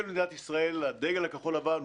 אבל